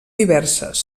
diverses